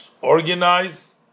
organize